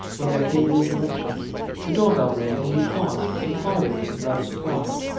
when there came an interruption the door-bell rang, and he paused inquiringly, rather surprised.